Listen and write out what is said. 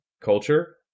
culture